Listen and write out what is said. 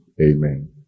Amen